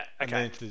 okay